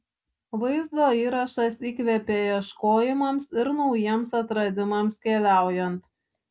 vaizdo įrašas įkvepia ieškojimams ir naujiems atradimams keliaujant